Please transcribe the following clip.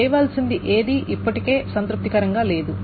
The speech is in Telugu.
చేయవలసినది ఏదీ ఇప్పటికే సంతృప్తికరంగా లేదు